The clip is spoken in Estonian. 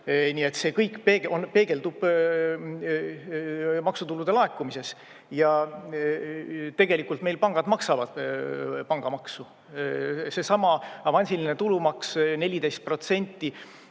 see kõik peegeldub maksutulude laekumises. Ja tegelikult meil pangad maksavad pangamaksu. Seesama avansiline tulumaks 14%,